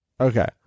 Okay